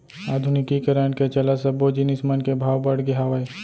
आधुनिकीकरन के चलत सब्बो जिनिस मन के भाव बड़गे हावय